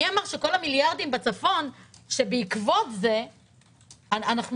מי אמר שכל המיליארדים בצפון שבעקבות זה --- נירה,